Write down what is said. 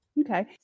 Okay